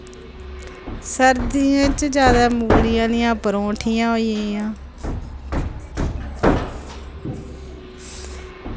सरदियें च जादै मूली आह्लियां परौंठियां होई गेइयां